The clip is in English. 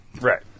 Right